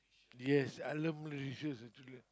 yes I love Malaysia actually